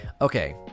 okay